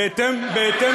בהתאם